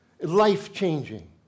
life-changing